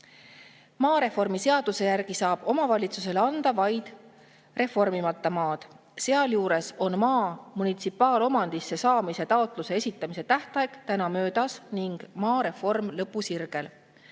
Maareformi seaduse järgi saab omavalitsusele anda vaid reformimata maad, sealjuures on maa munitsipaalomandisse saamise taotluse esitamise tähtaeg täna möödas ning maareform lõpusirgel. Eelnõuga